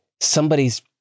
somebody's